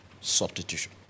substitution